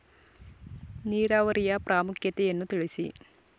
ನೀರಾವರಿಯ ಪ್ರಾಮುಖ್ಯತೆ ಯನ್ನು ತಿಳಿಸಿ?